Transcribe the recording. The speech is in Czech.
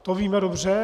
To víme dobře.